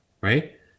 right